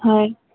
হয়